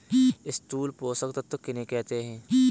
स्थूल पोषक तत्व किन्हें कहते हैं?